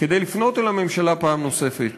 כדי לפנות אל הממשלה פעם נוספת